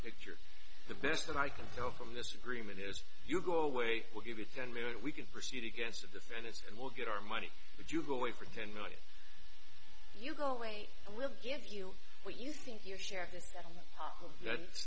picture the best that i can tell from this agreement is you go away we'll give you ten minute we can proceed against the defendants and we'll get our money would you go away for ten million you go away and we'll give you what you think your share of this